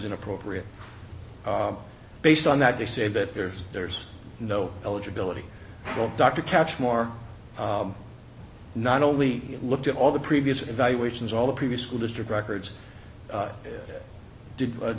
inappropriate based on that they say that there's there's no eligibility will dr catch more not only look at all the previous evaluations all the previous school district records did